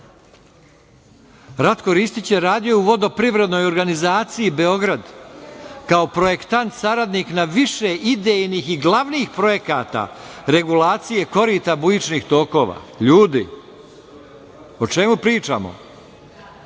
Ristić je radio u Vodoprivrednoj organizaciji Beograd kao projektant saradnik na više idejnih i glavnih projekata regulacije korita bujičnih tokova. Ljudi, o čemu pričamo?